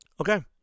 okay